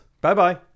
Bye-bye